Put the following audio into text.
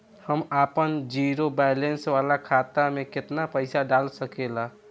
हम आपन zero balance वाला खाता मे केतना पईसा डाल सकेला?